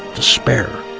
despair,